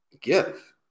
give